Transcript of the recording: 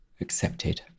accepted